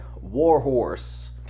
Warhorse